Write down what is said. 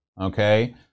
Okay